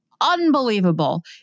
Unbelievable